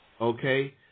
okay